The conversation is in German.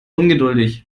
ungeduldig